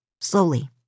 Slowly